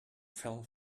fell